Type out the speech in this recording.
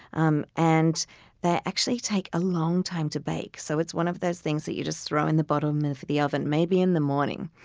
um and they actually take a long time to bake. so it's one of those things that you just throw in the bottom of the oven maybe in the morning.